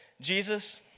Jesus